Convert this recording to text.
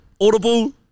Audible